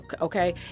okay